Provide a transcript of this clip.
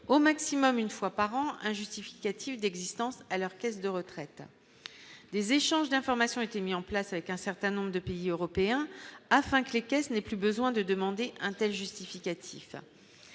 au maximum une fois par an, un justificatif d'existence à leur caisse de retraite des échanges d'information étaient mis en place avec un certain nombre de pays européens, afin que les caisses n'ait plus besoin de demander untel justificatifs